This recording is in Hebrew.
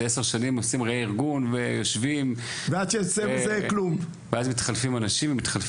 איזה 10 שנים עושים רה-ארגון ויושבים ואז מתחלפים אנשים.